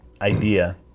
idea